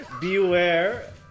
Beware